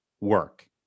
work